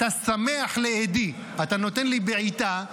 אתה שמח לאידי, אתה נותן לי בעיטה.